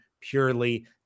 purely